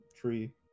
tree